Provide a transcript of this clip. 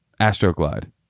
Astroglide